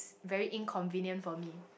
very inconvenient for me